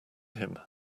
him